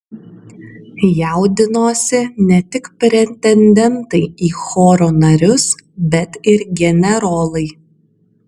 jaudinosi ne tik pretendentai į choro narius bet ir generolai